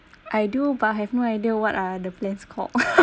I do but I have no idea what are the plans called